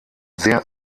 sehr